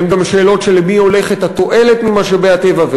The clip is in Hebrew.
הן גם שאלות, למי הולכת התועלת ממשאבי הטבע?